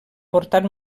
portat